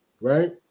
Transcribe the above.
right